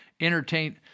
entertain